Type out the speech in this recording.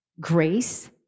grace